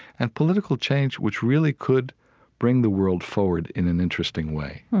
and political change which really could bring the world forward in an interesting way